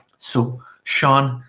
so sean,